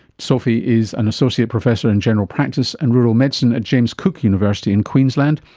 sophie is an associate professor in general practice and rural medicine at james cook university in queensland,